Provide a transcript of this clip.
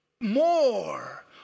more